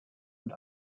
und